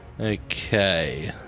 Okay